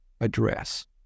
address